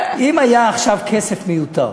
אם היה עכשיו כסף מיותר,